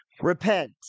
repent